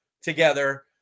together